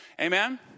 amen